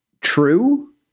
true